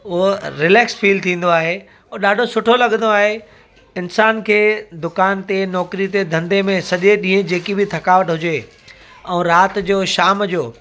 उहो relax feel थींदो आहे ऐं ॾाढो सुठो लॻंदो आहे इंसान खे दुकान ते नौकिरी ते धंधे में सॼे ॾींहं जी जेकी बि थकावट हुजे ऐं राति जो शाम जो